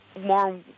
more